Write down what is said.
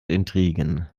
intrigen